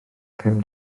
pum